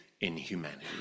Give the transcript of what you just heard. inhumanity